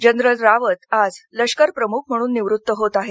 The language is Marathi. जनरल रावत आज लष्कर प्रमुख म्हणून निवृत्त होत आहेत